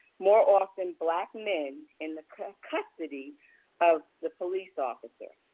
more often black men in the custody of the police officer.